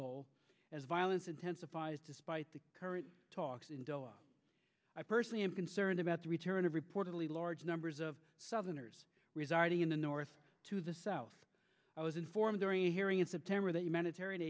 goal as violence intensifies despite the current talks in i personally am concerned about the return of reportedly large numbers of southerners residing in the north to the south i was informed during a hearing in september that humanitarian